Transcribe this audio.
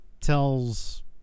tells